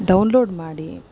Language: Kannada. ಡೌನ್ಲೋಡ್ ಮಾಡಿ